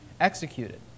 executed